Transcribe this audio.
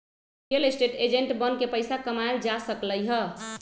real estate agent बनके पइसा कमाएल जा सकलई ह